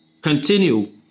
continue